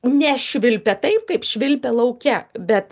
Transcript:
nešvilpia taip kaip švilpia lauke bet